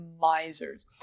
misers